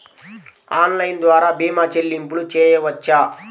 Online ద్వార భీమా చెల్లింపులు చేయవచ్చా?